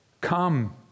come